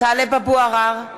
אבו עראר,